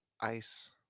ice